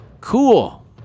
Cool